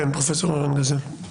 פרופסור אורן גזל אייל, בבקשה.